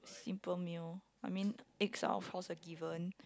simple meal I mean eggs are of course a given